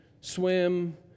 swim